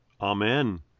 amen